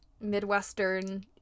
Midwestern